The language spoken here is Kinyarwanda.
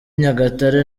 nyagatare